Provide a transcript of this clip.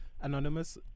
Anonymous